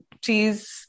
cheese